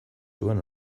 zuen